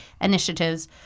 Initiatives